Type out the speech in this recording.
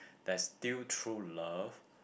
there's still true love